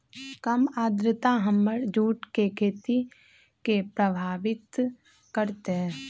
कम आद्रता हमर जुट के खेती के प्रभावित कारतै?